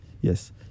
Yes